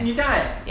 你家 leh